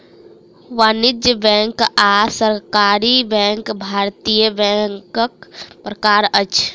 वाणिज्य बैंक आ सहकारी बैंक भारतीय बैंकक प्रकार अछि